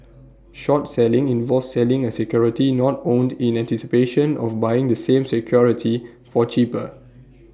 short selling involves selling A security not owned in anticipation of buying the same security for cheaper